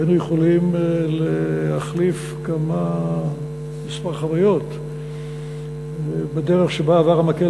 היינו יכולים להחליף כמה חוויות בדרך שבה עבר המקל